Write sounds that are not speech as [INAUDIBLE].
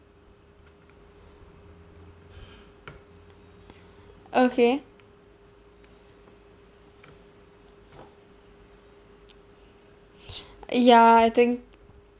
okay [BREATH] ya I think